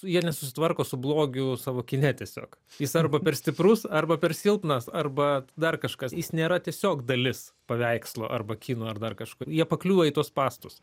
jie nesusitvarko su blogiu savo kine tiesiog jis arba per stiprus arba per silpnas arba dar kažkas jis nėra tiesiog dalis paveikslo arba kino ar dar kažko jie pakliūva į tuos spąstus